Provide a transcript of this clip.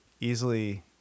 easily